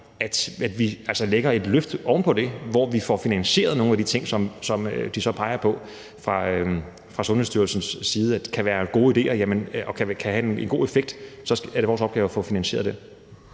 at vi altså lægger et løft oven på det, hvor vi får finansieret nogle af de ting, som de så peger på fra Sundhedsstyrelsens side kan være gode idéer og kan have en god effekt. Så er det vores opgave at få finansieret det.